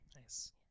Nice